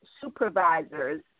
supervisors